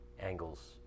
angles